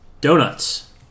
Donuts